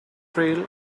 trail